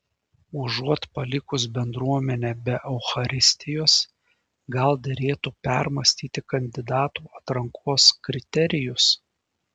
užuot palikus bendruomenę be eucharistijos gal derėtų permąstyti kandidatų atrankos kriterijus